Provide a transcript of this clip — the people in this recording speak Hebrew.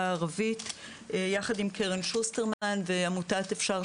הערבית יחד עם קרן שוסטרמן ועמותת "אפשר",